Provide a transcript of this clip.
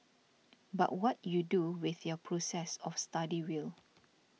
but what you do with your process of study will